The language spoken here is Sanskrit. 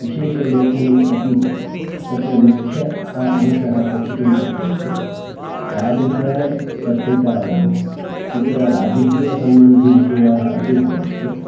विशेषलेखने अपि तत्र मुख्यः अंशः पठितुं शक्नोति तादृशपत्रिकायां तत्र राजकीयसम्बन्धिविषयाः अपि भवन्ति